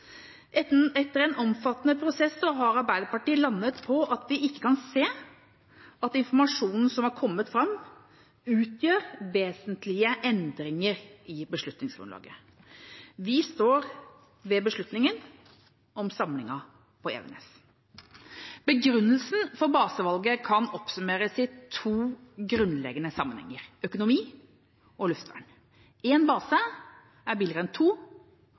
Etter en omfattende prosess har Arbeiderpartiet landet på at vi ikke kan se at informasjonen som har kommet fram, utgjør vesentlige endringer i beslutningsgrunnlaget. Vi står ved beslutningen om samlingen på Evenes. Begrunnelsen for basevalget kan oppsummeres i to grunnleggende sammenhenger: økonomi og luftvern. Én base er billigere enn to,